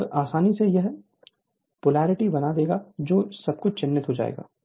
तब आसानी से यह पोलैरिटी बना देगा जब सब कुछ चिह्नित हो जाएगा